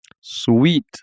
Sweet